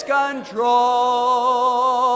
control